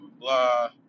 blah